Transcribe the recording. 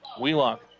Wheelock